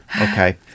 Okay